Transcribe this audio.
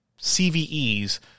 CVEs